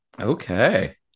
okay